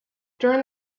during